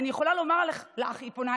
קרן ברק, נגד.